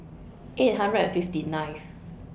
eight hundred and fifty nine